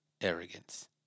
arrogance